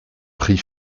prit